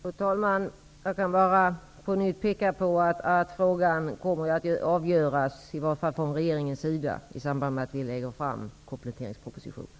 Fru talman! Jag kan bara återigen påpeka att frågan kommer att avgöras av regeringen i samband med att vi lägger fram kompletteringspropositionen.